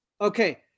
Okay